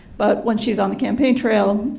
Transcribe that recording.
but when she's on the campaign trail,